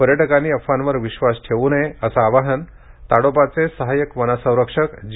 पर्यटकांनी अफवांवर विश्वास ठेवू नये असे आवाहन ताडोबाचे सहायक वनसंरक्षक जी